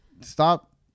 stop